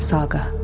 Saga